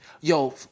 Yo